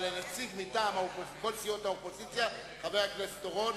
קיבלתי ממך בנדיבות רבה מכסת זמן, אבל